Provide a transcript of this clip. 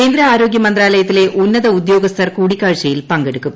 കേന്ദ്ര ആരോഗ്യ മന്ത്രാലയത്തിലെ ഉന്നത ഉദ്യോഗസ്ഥർ കൂടിക്കാഴ്ചയിൽ പങ്കെടുക്കും